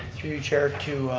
through your chair to